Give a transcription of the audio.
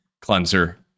cleanser